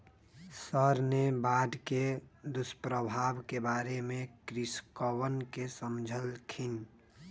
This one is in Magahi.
सर ने बाढ़ के दुष्प्रभाव के बारे में कृषकवन के समझल खिन